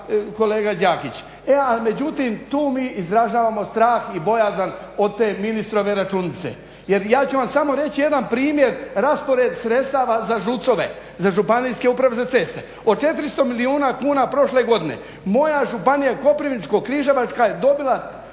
kolega Đakić. E ali međutim, tu mi izražavamo strah i bojazan od te ministrove računice. Jer ja ću vam samo reći jedan primjer raspored sredstava za ŽUC-ove, za Županijske uprave za ceste. Od 400 milijuna kuna prošle godine moja županija Koprivničko-križevačka je dobila